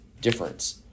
difference